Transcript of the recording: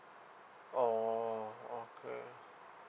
orh okay